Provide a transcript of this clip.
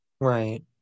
Right